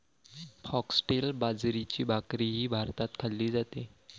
foxtail बाजरीची भाकरीही भारतात खाल्ली जाते